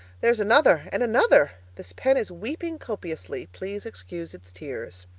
there's another! and another! this pen is weeping copiously. please excuse its tears.